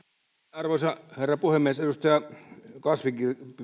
arvoisa herra puhemies edustaja kasvi